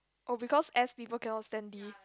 oh because S people cannot stand D